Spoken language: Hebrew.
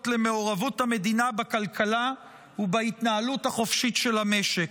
למעורבות המדינה בכלכלה ובהתנהלות החופשית של המשק.